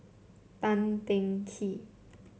Tan Teng Kee